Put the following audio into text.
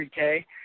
3K